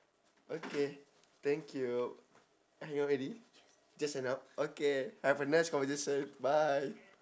okay thank you hang already just hang up okay have a nice conversation bye